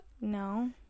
No